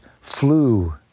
flu